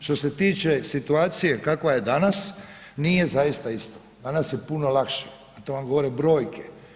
Što se tiče situacije kakva je danas nije zaista isto, danas je puno lakše a to vam govore brojke.